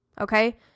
Okay